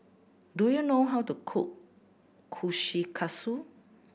do you know how to cook Kushikatsu